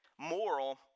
moral